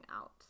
out